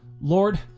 Lord